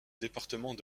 département